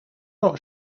not